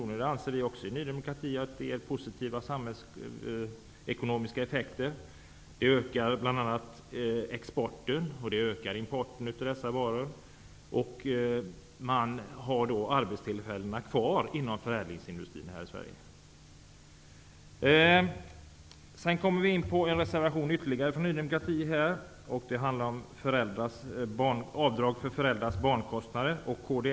Vi i Ny demokrati anser också att det ger positiva samhällsekonomiska effekter. Det ökar bl.a. exporten, och det ökar importen av dessa varor, och man har då arbetstillfällena kvar inom förädlingsindustrin här i Sverige. Sedan kommer jag in på ytterligare en reservation från Ny demokrati, och den handlar om avdrag för föräldrars kostnader för barn.